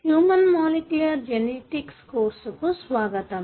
human molecular genetics course కు స్వాగతం